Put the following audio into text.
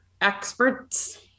Experts